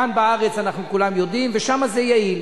כאן בארץ אנחנו כולנו יודעים, ושם זה יעיל.